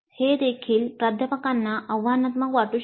हे देखील प्राध्यापकांना आव्हानात्मक वाटू शकते